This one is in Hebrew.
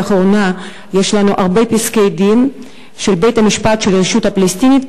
לאחרונה יש לנו הרבה פסקי-דין של בית-המשפט של הרשות הפלסטינית,